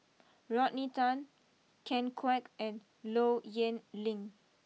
Rodney Tan Ken Kwek and Low Yen Ling